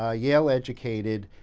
ah yale educated,